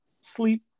sleep